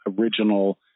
original